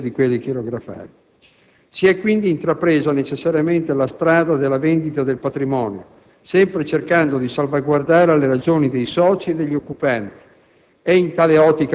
per cento di quelli chirografari. Si è quindi intrapresa necessariamente la strada della vendita del patrimonio, sempre cercando di salvaguardare le ragioni dei soci e degli occupanti.